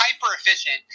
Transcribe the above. hyper-efficient